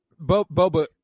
Boba